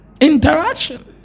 Interaction